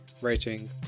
rating